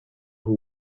who